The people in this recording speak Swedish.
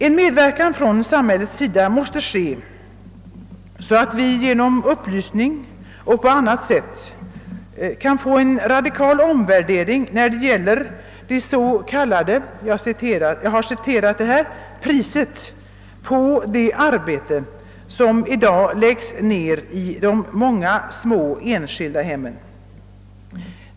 En medverkan från samhället måste komma till stånd, så att vi genom upplysning och på annat sätt kan få en radikal omvärdering när det gäller »priset» på det arbete, som i dag läggs ned i de många små enskilda hemmen.